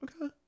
Okay